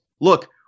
look